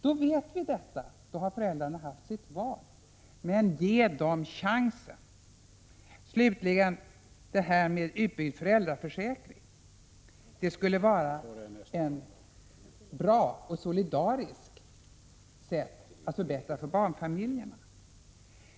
Då vet vi detta — föräldrarna har haft sitt val. Men ge dem chansen! Slutligen detta med utbyggd föräldraförsäkring som skulle vara ett bra och solidariskt sätt att förbättra för barnfamiljerna.